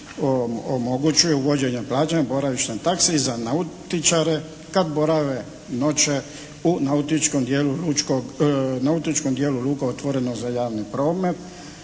omogućuje, uvođenje plaćanja boravišne takse i za nautičare kad borave i noće u nautičkom dijelu lučkog, nautičkom